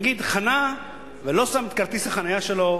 נגיד חנה ולא שם את כרטיס החנייה שלו,